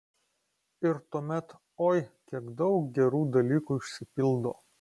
ir tuomet oi kiek daug gerų dalykų išsipildo